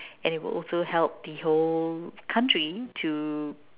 and it will also help the whole country to